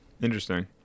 interesting